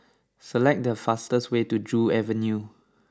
select the fastest way to Joo Avenue